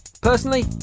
Personally